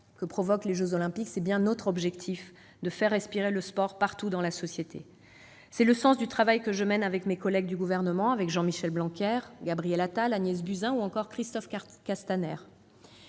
que provoquent les jeux Olympiques. Notre objectif est de faire respirer le sport partout dans la société. C'est le sens du travail que je mène avec mes collègues du Gouvernement Jean-Michel Blanquer, Gabriel Attal, Agnès Buzyn ou encore Christophe Castaner.